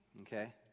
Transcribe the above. okay